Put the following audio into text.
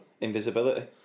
Invisibility